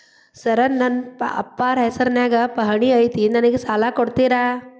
Sir ನನ್ನ ಅಪ್ಪಾರ ಹೆಸರಿನ್ಯಾಗ್ ಪಹಣಿ ಐತಿ ನನಗ ಸಾಲ ಕೊಡ್ತೇರಾ?